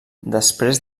després